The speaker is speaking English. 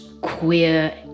queer